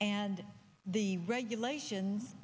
and the regulations